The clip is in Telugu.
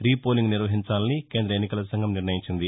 రీపోలింగ్ నిర్వహించాలని కేంద్ర ఎన్నికల సంఘం నిర్ణయించింది